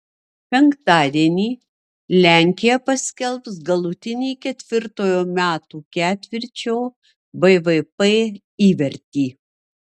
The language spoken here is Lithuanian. penktadienį lenkija paskelbs galutinį ketvirtojo metų ketvirčio bvp įvertį